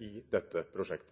i dette prosjektet?